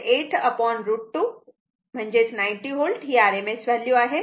8√ 2 90 V ही RMS value आहे